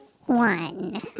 one